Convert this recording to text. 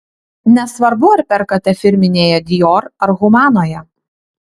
nesvarbu ar perkate firminėje dior ar humanoje